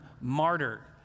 martyr